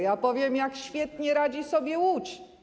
Ja powiem, jak świetnie radzi sobie Łódź.